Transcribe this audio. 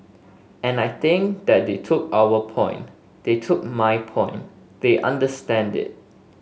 and I think that they took our point they took my point they understand it